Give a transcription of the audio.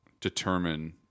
determine